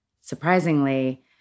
surprisingly